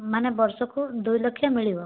ମାନେ ବର୍ଷକୁ ଦୁଇ ଲକ୍ଷ ମିଳିବ